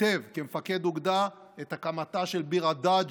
כמפקד אוגדה, את הקמתה של ביר הדאג'